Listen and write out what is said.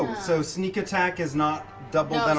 so sneak attack is not doubled,